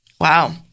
Wow